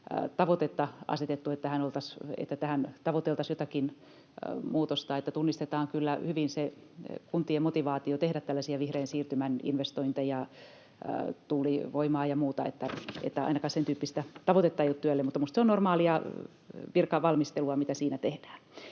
tavoitetta asetettu, että tähän tavoiteltaisiin jotakin muutosta. Tunnistetaan kyllä hyvin se kuntien motivaatio tehdä tällaisia vihreän siirtymän investointeja tuulivoimaan ja muuta, mutta ainakaan sentyyppistä tavoitetta työlle ei ole. Minusta se on normaalia virkavalmistelua, mitä siinä tehdään.